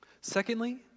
Secondly